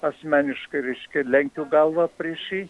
asmeniškai reiškia lenkiu galvą prieš jį